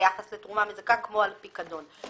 ביחס לתרומה מזכה כמו על פיקדון.